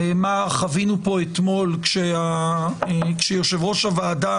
מה חווינו פה אתמול כשיושב ראש הוועדה